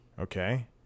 okay